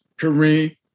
Kareem